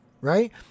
Right